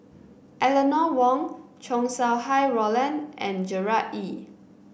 Eleanor Wong Chow Sau Hai Roland and Gerard Ee